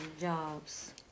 jobs